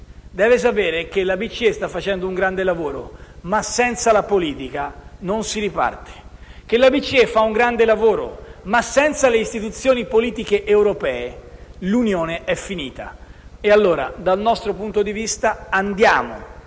deve sapere che la BCE sta facendo un grande lavoro, ma senza la politica non si riparte; la BCE fa un grande lavoro ma senza le istituzioni politiche europee l'Unione è finita. E allora, dal nostro punto di vista, andiamo